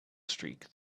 streak